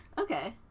Okay